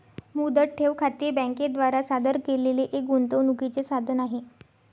मुदत ठेव खाते बँके द्वारा सादर केलेले एक गुंतवणूकीचे साधन आहे